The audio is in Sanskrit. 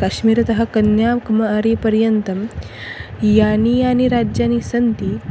काश्मीरतः कन्यावकुमारीपर्यन्तं यानि यानि राज्यानि सन्ति